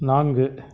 நான்கு